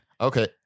Okay